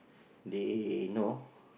they know